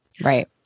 Right